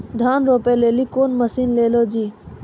धान रोपे लिली कौन मसीन ले लो जी?